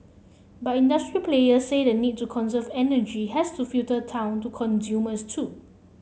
but industry players say the need to conserve energy has to filter down to consumers too